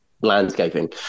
landscaping